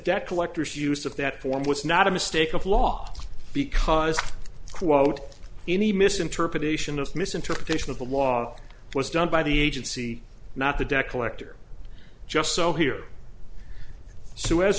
debt collectors use of that form was not a mistake of lost because quote any misinterpretation of misinterpretation of the law was done by the agency not the debt collector just so here s